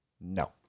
No